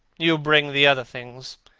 you bring the other things.